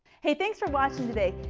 hey, thanks for watching today.